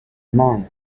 monk